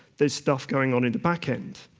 there's stuff going on in the back end,